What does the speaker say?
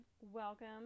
welcome